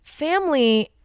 Family